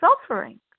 suffering